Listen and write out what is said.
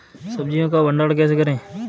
सब्जियों का भंडारण कैसे करें?